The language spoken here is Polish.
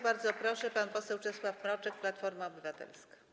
Bardzo proszę, pan poseł Czesław Mroczek, Platforma Obywatelska.